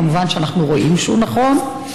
כמובן שאנחנו רואים שהוא נכון,